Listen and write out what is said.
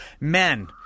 men